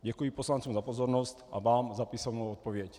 Děkuji poslancům za pozornost a vám za písemnou odpověď.